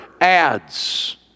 ads